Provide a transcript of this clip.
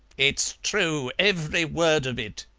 it's true, every word of it,